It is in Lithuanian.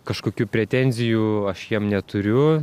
kažkokių pretenzijų aš jiem neturiu